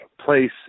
place